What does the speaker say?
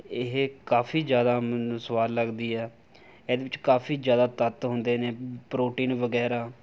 ਇਹ ਕਾਫੀ ਜ਼ਿਆਦਾ ਮੈਨੂੰ ਸਵਾਦ ਲੱਗਦੀ ਹੈ ਇਹਦੇ ਵਿੱਚ ਕਾਫ਼ੀ ਜ਼ਿਆਦਾ ਤੱਤ ਹੁੰਦੇ ਨੇ ਪ੍ਰੋਟੀਨ ਵਗੈਰਾ